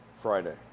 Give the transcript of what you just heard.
Friday